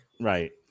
Right